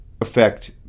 affect